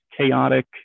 chaotic